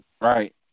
Right